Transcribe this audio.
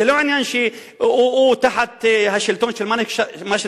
זה לא עניין שהוא תחת השלטון של מה שנקרא